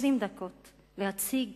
20 דקות להציג